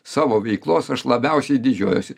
savo veiklos aš labiausiai didžiuojuosi